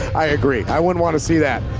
i agree. i wouldn't want to see that.